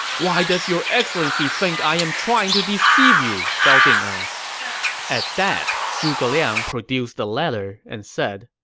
why does your excellency think i am trying to deceive you? gao ding asked at that, zhuge liang produced a letter and said,